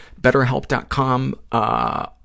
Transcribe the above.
betterhelp.com